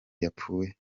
yapfuye